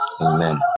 Amen